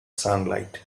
sunlight